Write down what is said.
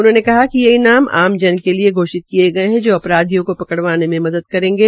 उन्होंने कहा कि ये ईनाम आम जन के लिये घोषित किये गये है जो अपराधियों को पकड़वाने में मदद करेंगे